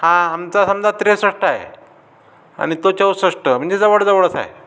हा आमचा समजा त्रेसष्ट आहे आणि तो चौसष्ट म्हणजे जवळजवळच आहे